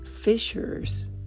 fishers